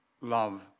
love